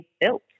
built